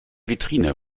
vitrine